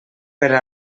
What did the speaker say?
per